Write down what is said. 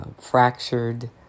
fractured